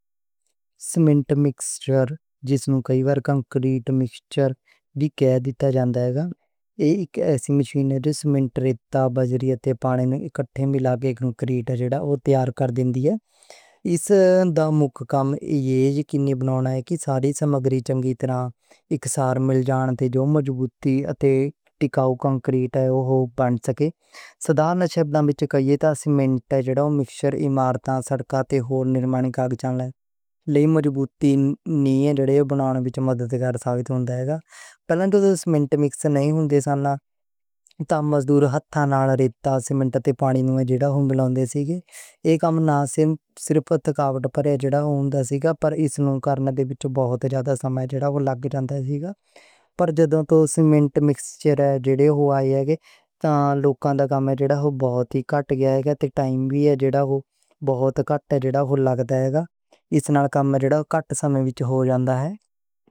Cement mixture, جس نوں کئی وار کنکریٹ مکسچر وی کہا جاندا اے۔ ایہہ اک مشین اے جو سیمنٹ، ریت، بجری اتے پانی نوں اکٹھے ملا کے کنکریٹ تیار کر دیندی اے۔ اس دا مکھ کم ایہہ اے کہ ساری سمگری چنگی طرح اکٹھے مل جان، جیہڑے نال مضبوطی اتے ٹکاو کنکریٹ بن سکدا اے۔ سادے لفظاں وچ کہیے تاں سیمنٹ مکسچر عمارتاں، سڑکاں تے ہور چیزاں دے نرمان چ کم آؤندا اے۔ ایہہ مضبوط کنکریٹ بنانے وچ مدد کردا اے۔ پہلاں تاں سیمنٹ مکسچر نئیں ہوندا سی، تاں مزدور ہتھ نال ریت، سیمنٹ تے پانی نوں ملاون دے سن۔ ایہہ کم نہ صرف تکلیف بھر ہوندا سی بلکہ اس نوں کرن وچ بہت سماں لگ جاندا سی۔ پر جدوں سیمنٹ مکسچر آ جائے گی لوکاں دا کم بہت کٹ جا گا، تے لوکاں نوں ٹائم وی کٹ لگدا اے۔ کم کٹ سماں وچ ہو جاندا اے۔